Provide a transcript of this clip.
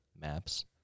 maps